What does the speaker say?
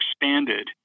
expanded